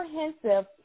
comprehensive